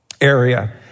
area